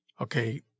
okay